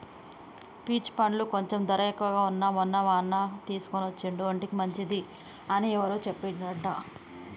peach పండ్లు కొంచెం ధర ఎక్కువగా వున్నా మొన్న మా అన్న తీసుకొచ్చిండు ఒంటికి మంచిది అని ఎవరో చెప్పిండ్రంట